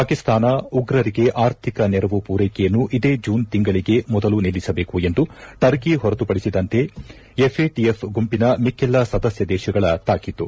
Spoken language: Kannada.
ಪಾಕಿಸ್ತಾನ ಉಗ್ರರಿಗೆ ಆರ್ಥಿಕ ನೆರವು ಪೂರ್ವೆಕೆಯನ್ನು ಇದೇ ಜೂನ್ ತಿಂಗಳಿಗೆ ಮೊದಲು ನಿಲ್ಲಿಸಬೇಕು ಎಂದು ಟರ್ಕಿ ಹೊರತುಪಡಿಸಿದಂತೆ ಎಫ್ಎಟಿಎಫ್ ಗುಂಪಿನ ಮಿಕ್ಕೆಲ್ಲಾ ಸದಸ್ಯ ದೇಶಗಳ ತಾಕೀತು